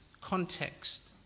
context